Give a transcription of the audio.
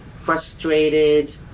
frustrated